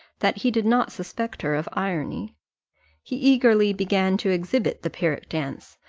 that he did not suspect her of irony he eagerly began to exhibit the pyrrhic dance,